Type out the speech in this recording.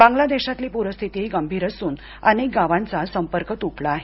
बांगला देशातली पूरस्थितीही गंभीर असून अनेक गावांचा संपर्क तुटला आहे